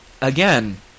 again